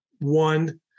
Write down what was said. one